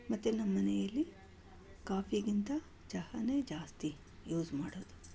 ಮತ್ತೆ ನಮ್ಮನೆಯಲ್ಲಿ ಕಾಫಿಗಿಂತ ಚಹಾನೇ ಜಾಸ್ತಿ ಯೂಸ್ ಮಾಡೋದು